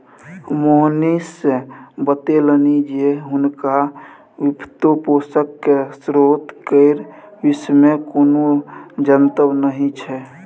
मोहनीश बतेलनि जे हुनका वित्तपोषणक स्रोत केर विषयमे कोनो जनतब नहि छै